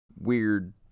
weird